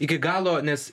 iki galo nes